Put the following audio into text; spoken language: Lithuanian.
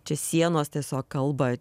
čia sienos tiesiog kalba